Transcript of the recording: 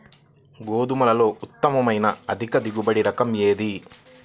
గోధుమలలో ఉత్తమమైన అధిక దిగుబడి రకం ఏది?